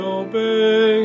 obey